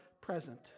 present